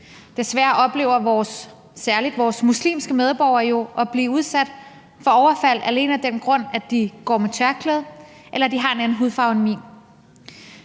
Desværre oplever særlig vores muslimske medborgere jo at blive udsat for overfald alene af den grund, at de går med tørklæde eller har en anden hudfarve end min.